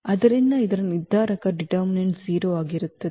ಆದ್ದರಿಂದ ಇದರ ನಿರ್ಧಾರಕ 0 ಆಗಿರುತ್ತದೆ